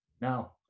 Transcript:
Now